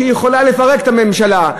שיכולה לפרק את הממשלה,